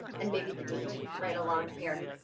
and maybe the date right along here.